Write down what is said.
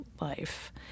life